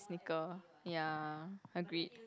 sneaker ya agreed